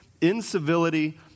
incivility